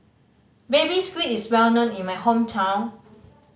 Baby Squid is well known in my hometown